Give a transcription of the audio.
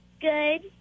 Good